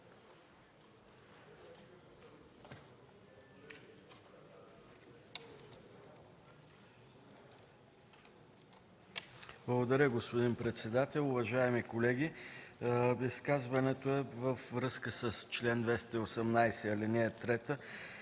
Благодаря, господин председател. Уважаеми колеги! Изказването е във връзка с чл. 218, ал. 3 и с